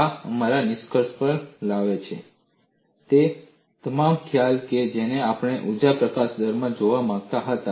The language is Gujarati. આ અમારા નિષ્કર્ષ પર લાવે છે તે તમામ ખ્યાલ કે જેને આપણે ઊર્જા પ્રકાશન દરમાં જોવા માંગતા હતા